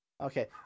Okay